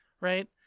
right